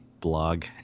blog